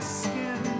skin